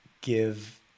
give